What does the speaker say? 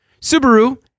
Subaru